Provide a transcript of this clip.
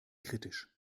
kritisch